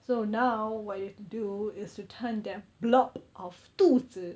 so now what you have to do is to turn that blob of 肚子